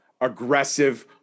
aggressive